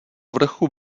vrchu